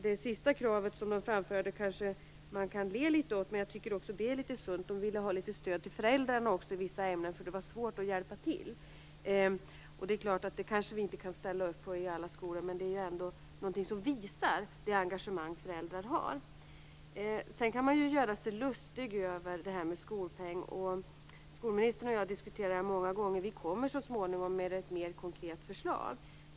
Det sista kravet som framfördes kanske man kan le litet åt, men jag tycker att också det är litet sunt: Man ville ha litet stöd till föräldrarna också i vissa ämnen eftersom det var svårt att hjälpa till. Det är klart att vi kanske inte kan ställa upp på det i alla skolor, men det är ändå någonting som visar det engagemang som föräldrar har. Man kan göra sig lustig över skolpengen. Skolministern och jag har diskuterat detta många gånger. Vi kommer så småningom med ett mer konkret förslag.